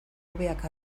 hobeak